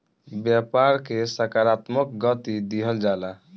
व्यापार के सकारात्मक गति दिहल जाला